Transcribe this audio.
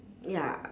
ya